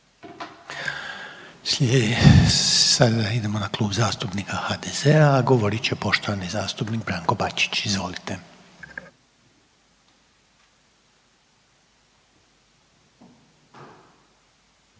Sada idemo na Klub zastupnika HDZ-a, a govorit će poštovani zastupnik Branko Bačić, izvolite.